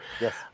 Yes